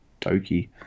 Doki